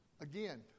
Again